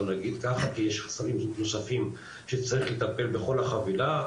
כי יש חסמים נוספים שצריך לטפל בכל החבילה,